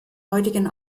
heutigen